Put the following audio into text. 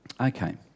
Okay